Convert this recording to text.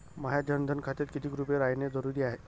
माह्या जनधन खात्यात कितीक रूपे रायने जरुरी हाय?